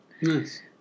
Nice